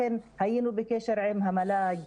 לכן היינו בקשר עם המל"ג,